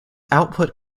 output